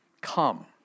come